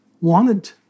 wanted